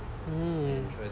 mm